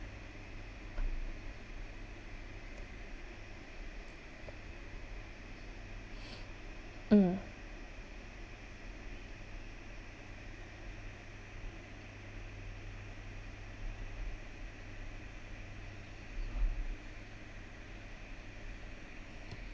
mm